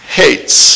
hates